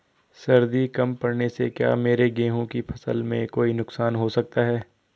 सर्दी कम पड़ने से क्या मेरे गेहूँ की फसल में कोई नुकसान हो सकता है?